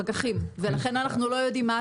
לפקחים ולכן אנחנו לא יודעים מה התנאים.